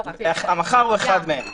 המח"ר הוא אחד מהם.